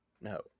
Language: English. No